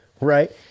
Right